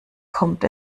kommt